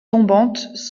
tombantes